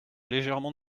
légèrement